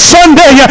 Sunday